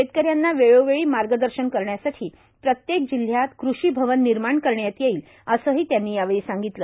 शेतकऱ्यांना वेळोवेळी मार्गदर्शन करण्यासाठी प्रत्येक जिल्ह्यात कृषी भवन निर्माण करण्यात येईल असंही त्यांनी सांगितलं